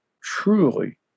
truly